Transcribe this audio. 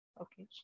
Okay